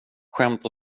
skämt